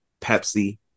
Pepsi